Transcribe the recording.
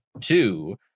two